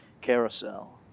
carousel